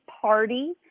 party